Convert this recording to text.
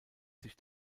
sich